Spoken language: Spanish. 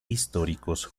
históricos